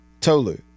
Tolu